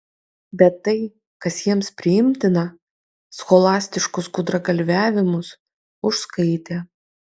bet tai kas jiems priimtina scholastiškus gudragalviavimus užskaitė